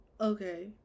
Okay